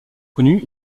connu